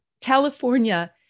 California